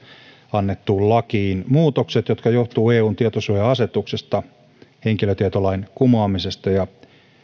annettuun lakiin muutokset jotka johtuvat eun tietosuoja asetuksesta henkilötietolain kumoamisesta ja